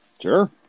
Sure